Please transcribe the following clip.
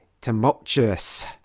tumultuous